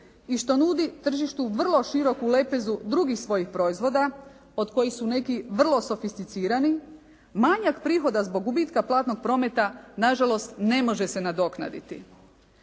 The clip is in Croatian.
i što nudi tržištu vrlo široku lepezu drugih svojih proizvoda od kojih su neki vrlo sofisticirani manjak prihoda zbog gubitka platnog prometa nažalost ne može se nadoknaditi.